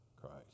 Christ